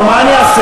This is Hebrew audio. נו, מה אני אעשה?